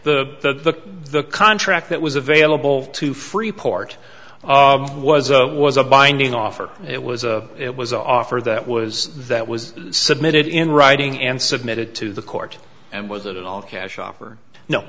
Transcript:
the the contract that was available to freeport was a was a binding offer it was a it was an offer that was that was submitted in writing and submitted to the court and was an all cash offer no